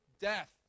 death